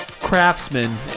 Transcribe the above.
craftsman